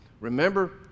remember